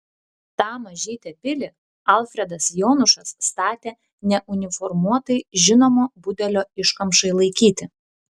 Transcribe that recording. tą mažytę pilį alfredas jonušas statė ne uniformuotai žinomo budelio iškamšai laikyti